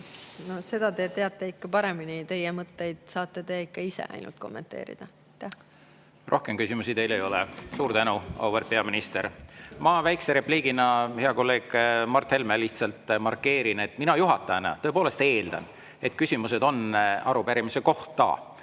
seda teate teie ikka paremini. Teie mõtteid saate te ikka ainult ise kommenteerida. Rohkem küsimusi teile ei ole. Suur tänu, auväärt peaminister! Ma väikese repliigina, hea kolleeg Mart Helme, lihtsalt markeerin, et mina juhatajana tõepoolest eeldan, et küsimused on arupärimise teemal.